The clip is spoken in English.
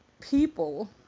people